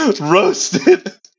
roasted